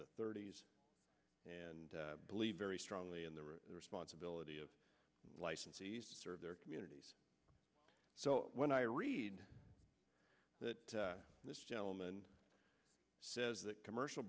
the thirty's and believe very strongly in the responsibility of licensees serve their communities so when i read that this gentleman says that commercial